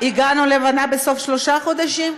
הגענו להבנה בסוף על שלושה חודשים?